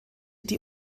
die